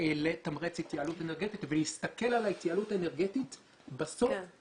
לתמרץ התייעלות אנרגטית ולהסתכל בסוף על ההתייעלות האנרגטית כחשמל.